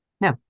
no